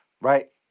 right